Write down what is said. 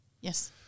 Yes